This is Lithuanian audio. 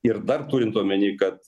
ir dar turint omeny kad